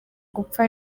gupfa